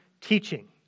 teaching